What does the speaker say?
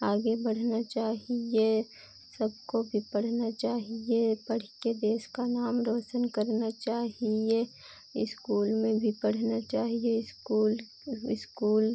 आगे बढ़ना चाहिए सबको भी पढ़ना चाहिए पढ़कर देश का नाम रोशन करना चाहिए इस्कूल में भी पढ़ना चाहिए इस्कूल ओह इस्कूल